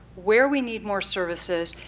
where we need more services,